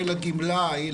של הגמלאי,